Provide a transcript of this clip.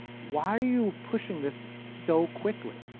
why are you pushing this so quickly?